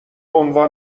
عنوان